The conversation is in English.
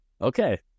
Okay